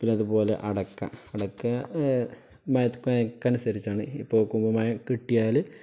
പിന്നെ അതുപോലെ അടയ്ക്ക അടയ്ക്ക മഴയ്ക്കൊക്കെ അനുസരിച്ചാണ് ഇപ്പോള് മഴ കിട്ടിയാല്